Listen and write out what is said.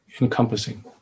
encompassing